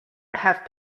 have